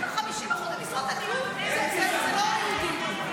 אבל 50% ממשרות הניהול זה לא היהודים.